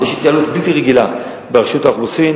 יש התייעלות בלתי רגילה ברשות האוכלוסין